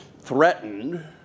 threatened